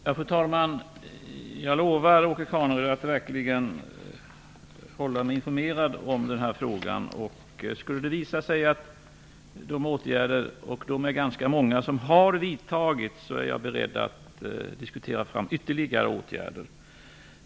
Fru talman! Jag lovar Åke Carnerö att verkligen hålla mig informerad om denna fråga. Skulle det visa sig att de många åtgärder som har vidtagits inte är tillräckliga, är jag beredd att diskutera ytterligare åtgärder.